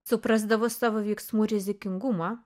suprasdavo savo veiksmų rizikingumą